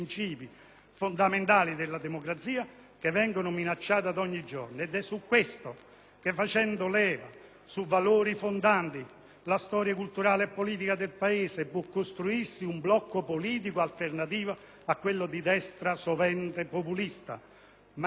che, facendo leva sui valori fondanti, sulla storia culturale e politica del Paese, può costruirsi un blocco politico alternativo a quello di destra sovente populista e, mi sia consentito, ancor più spesso irresponsabile rispetto alla salvaguardia della